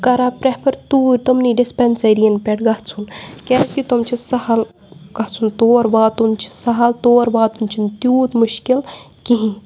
کَران پرٛؠفَر توٗرۍ تِمنٕے ڈِسپٮ۪نسٔرِیَن پٮ۪ٹھ گَژھُن کیٛازِکہِ تِم چھِ سَہَل گَژھُن تور واتُن چھِ سَہَل تور واتُن چھِنہٕ تیوٗت مُشکِل کِہیٖنۍ